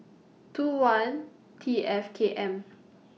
two one T F K M